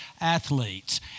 athletes